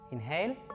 Inhale